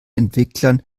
entwicklern